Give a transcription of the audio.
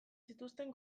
zituzten